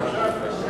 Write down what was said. (פ/1558).